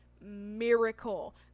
miracle